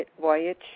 voyage